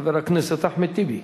חבר הכנסת אחמד טיבי,